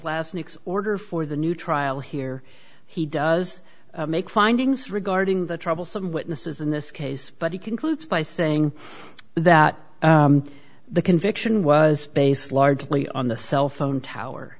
last next order for the new trial here he does make findings regarding the troublesome witnesses in this case but he concludes by saying that the conviction was based largely on the cell phone tower